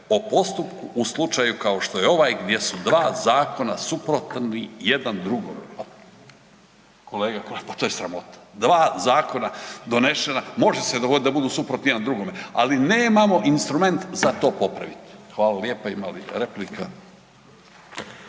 o postupku u slučaju kao što je u slučaju ovaj gdje su dva zakona suprotni jedan drugome. Kolega … pa to je sramota, dva zakona donešena, može se dogoditi da budu suprotni jedan drugome, ali nemamo instrument za to popraviti. Hvala lijepa. Ima li replika?